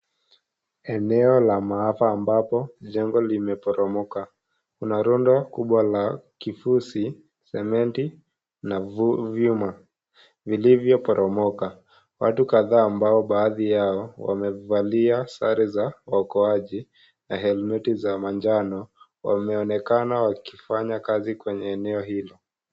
Eneo la maafa ambapo jengo limeporomoka kuna rundo kubwa la kifuzi, sementi na vyuma vilivyoporomoka watu kadhaa ambao baadhi yao wamevalia sare za uokoaji na helmeti za manjano wameonekana wakifanya kazi kwa eneo hilo.